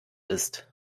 ist